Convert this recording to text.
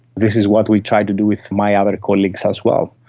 this is what we try to do with my other colleagues as well.